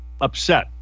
upset